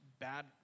bad